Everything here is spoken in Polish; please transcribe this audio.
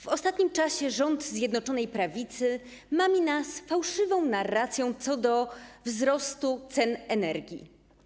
W ostatnim czasie rząd Zjednoczonej Prawicy mami nas fałszywą narracją co do wzrostu cen energii.